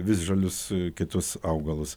visžalius kitus augalus